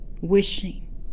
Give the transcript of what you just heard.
wishing